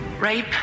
Rape